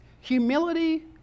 Humility